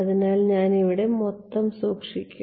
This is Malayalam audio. അതിനാൽ ഞാൻ ഇവിടെ മൊത്തം സൂക്ഷിക്കും